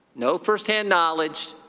no firsthand knowledge,